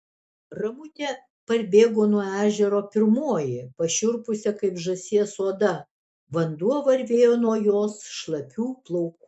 ramutė parbėgo nuo ežero pirmoji pašiurpusia kaip žąsies oda vanduo varvėjo nuo jos šlapių plaukų